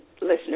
listeners